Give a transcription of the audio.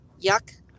Yuck